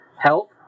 help